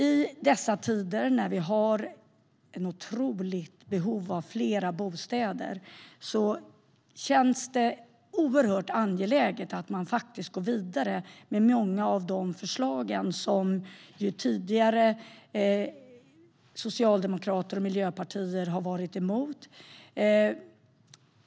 I dessa tider, när vi har ett otroligt behov av fler bostäder, känns det oerhört angeläget att man går vidare med många av de förslag som Socialdemokraterna och Miljöpartiet tidigare har varit emot.